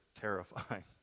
terrifying